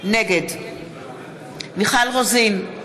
נגד מיכל רוזין,